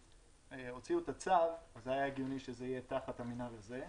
כשהוציאו את הצו היה הגיוני שזה יהיה תחת המינהל הזה.